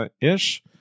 ish